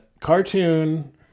cartoon